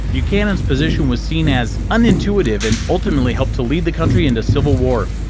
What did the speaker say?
buchanan's position was seen as unintuitive, and ultimately helped to lead the country into civil war,